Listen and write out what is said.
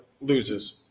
loses